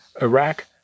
Iraq